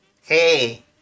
Hey